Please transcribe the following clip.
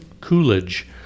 Coolidge